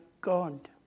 God